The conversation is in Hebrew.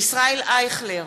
ישראל אייכלר,